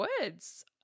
words